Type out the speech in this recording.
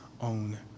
own